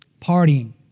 partying